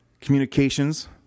communications